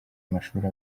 amashuri